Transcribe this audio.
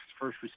first